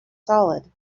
solid